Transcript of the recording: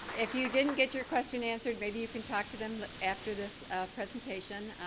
if you didn't get your question answered, maybe you can talk to them after this presentation.